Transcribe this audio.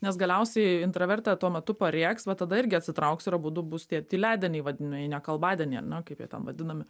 nes galiausiai intravertė tuo metu parėks bet tada irgi atsitrauks ir abudu bus tie tyliadieniai vadinami nekalbadieniai ar ne kaip jie ten vadinami